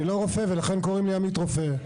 אני לא רופא ולכן קוראים לי עמית רופא,